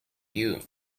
you